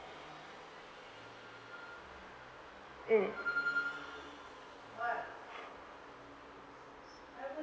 mm